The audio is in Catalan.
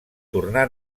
tornà